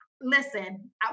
listen